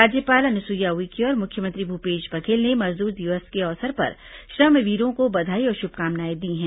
राज्यपाल अनुसुईया उइके और मुख्यमंत्री भूपेश बघेल ने मजदूर दिवस के अवसर पर श्रमवीरों को बधाई और शुभकामनाएं दी हैं